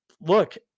Look